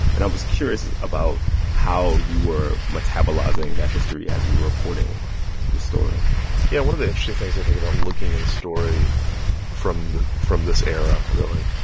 and i was curious about how you were metabolizing that history as you were reporting this story yeah, one of the interesting things i think about looking at a story from from this era, really,